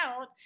out